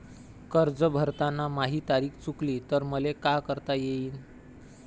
कर्ज भरताना माही तारीख चुकली तर मले का करता येईन?